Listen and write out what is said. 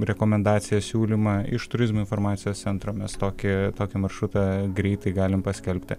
rekomendaciją siūlymą iš turizmo informacijos centro mes tokį tokį maršrutą greitai galim paskelbti